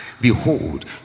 behold